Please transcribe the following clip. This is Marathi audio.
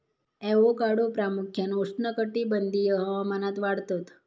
ॲवोकाडो प्रामुख्यान उष्णकटिबंधीय हवामानात वाढतत